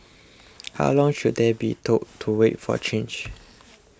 how long should they be told to wait for change